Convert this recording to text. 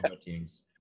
teams